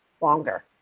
longer